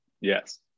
Yes